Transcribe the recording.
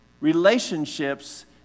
relationships